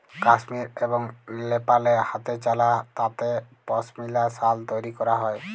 কাশ্মীর এবং লেপালে হাতেচালা তাঁতে পশমিলা সাল তৈরি ক্যরা হ্যয়